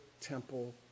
temple